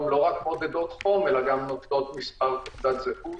הן לא רק מודדות חום אלא גם נוטלות מספר תעודת זהות